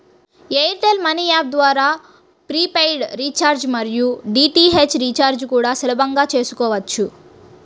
air tell money app ద్వారా prepaid recharge మరియు DTH recharge కూడా సులభంగా చేసుకోవచ్చు